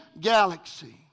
galaxy